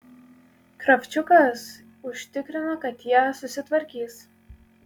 kravčiukas užtikrino kad jie susitvarkys